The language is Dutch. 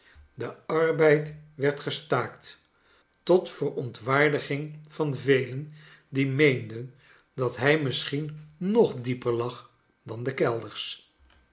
de arbeid werd gestaakt tot verontwaardiging van velen die meenden dat hij misschien nog dieper lag dan de kelders